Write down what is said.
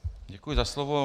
Děkuji za slovo.